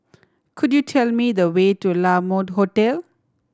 could you tell me the way to La Mode Hotel